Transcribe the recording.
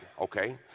okay